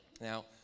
Now